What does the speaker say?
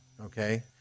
okay